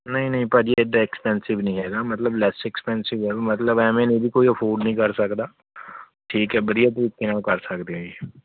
ਨਹੀਂ ਨਹੀਂ ਭਾਅ ਜੀ ਐਡਾ ਐਕਸਪੈਂਸਿਵ ਨਹੀਂ ਹੈਗਾ ਮਤਲਬ ਲੈੱਸ ਐਕਸਪੈਂਸਿਵ ਹੈ ਮਤਲਬ ਐਵੇਂ ਨਹੀਂ ਵੀ ਕੋਈ ਅਫੋਰਡ ਨਹੀਂ ਕਰ ਸਕਦਾ ਠੀਕ ਹੈ ਵਧੀਆ ਤਰੀਕੇ ਨਾਲ ਕਰ ਸਕਦੇ ਹਾਂ ਜੀ